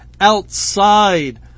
outside